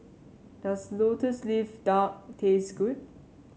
does lotus leaf duck taste good